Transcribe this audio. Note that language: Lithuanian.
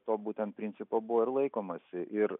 to būtent principo buvo ir laikomasi ir